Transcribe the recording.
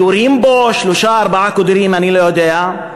יורים בו שלושה, ארבעה כדורים, אני לא יודע,